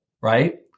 Right